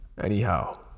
Anyhow